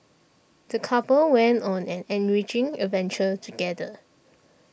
the couple went on an enriching adventure together